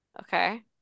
Okay